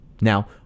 Now